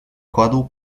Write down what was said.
kładł